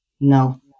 No